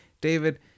David